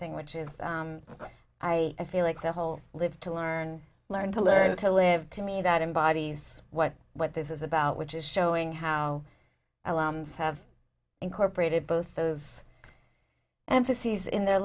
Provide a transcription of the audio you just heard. thing which is i feel like the whole live to learn learn to learn to live to me that embodies what what this is about which is showing how i have incorporated both those emphases in their